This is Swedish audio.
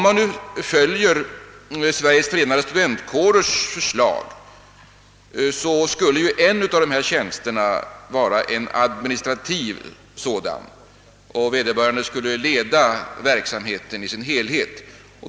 Enligt Sveriges förenade studentkårers förslag skall en av tjänsterna vara av administrativt slag, d. v. s. befattningshavaren skall leda verksamheten i dess helhet.